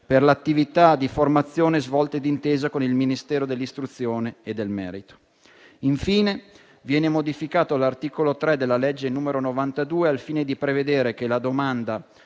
per attività di formazione svolte d'intesa con il Ministero dell'istruzione e del merito. Infine viene modificato l'articolo 3 della legge n. 92 del 2004 al fine di prevedere che la domanda